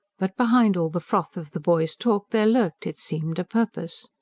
but behind all the froth of the boy's talk there lurked, it seemed, a purpose.